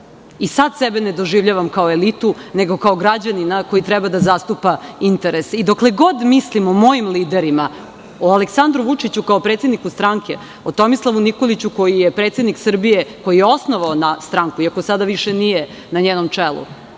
Sada sebe nedoživljavam kao elitu nego kao građanina koji treba da zastupa interese. Dokle god mislim o mojim liderima, o Aleksandru Vučiću kao predsedniku stranke i o Tomislavu Nikoliću, koji je predsednik Srbije, koji je osnovao stranku, iako sada više nije na njenom čelu